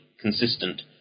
consistent